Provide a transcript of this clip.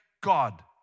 God